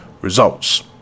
results